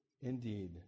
Indeed